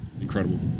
incredible